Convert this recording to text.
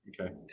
Okay